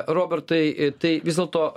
robertai tai vis dėlto